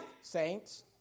Saints